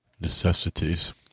Necessities